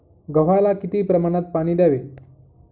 गव्हाला किती प्रमाणात पाणी द्यावे?